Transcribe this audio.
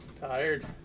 tired